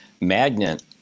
magnet